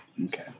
Okay